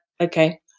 okay